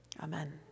Amen